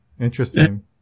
Interesting